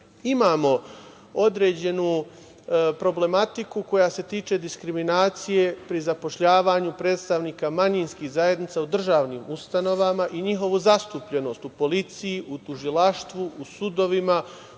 imamo određenu problematiku koja se tiče diskriminacije pri zapošljavanju predstavnika manjinskih zajednica u državnim ustanovama i njihovu zastupljenost u policiji, u tužilaštvu, u sudovima,